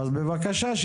בבקשה,